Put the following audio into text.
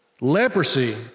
Leprosy